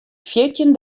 fjirtjin